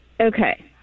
Okay